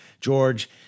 George